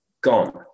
gone